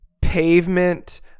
Pavement